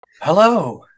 Hello